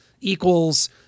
equals